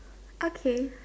okay